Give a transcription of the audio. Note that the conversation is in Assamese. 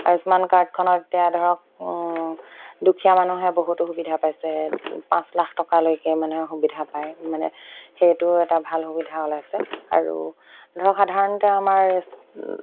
আয়ুষ্মান কাৰ্ডখনত এতিয়া ধৰক দুখীয়া মানুহে বহুতো সুবিধা পাইছে পাঁচ লাখ টকালৈকে মানে সুবিধা পায় মানে সেইটো এটা ভাল সুবিধা ওলাইছে আৰু ধৰক সাধাৰণতে আমাৰ